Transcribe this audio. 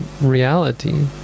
reality